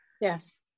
Yes